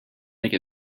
make